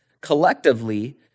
collectively